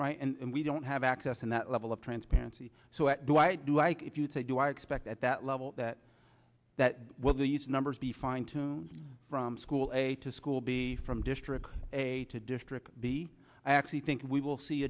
right and we don't have access in that level of transparency so i do i do like if you do i expect at that level that that will these numbers be fine tuned from school a to school b from district a to district the i actually think we will see